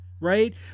right